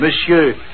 Monsieur